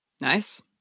Nice